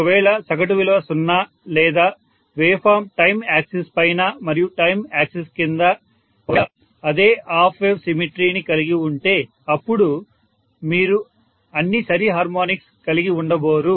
ఒకవేళ సగటు విలువ 0 లేదా వేవ్ ఫామ్ టైం యాక్సిస్ పైన మరియు టైం యాక్సిస్ క్రింద ఒకవేళ అదే హాఫ్ వేవ్ సిమెట్రీ ని కలిగి ఉంటే అప్పుడు మీరు అన్ని సరి హార్మోనిక్స్ కలిగి ఉండబోరు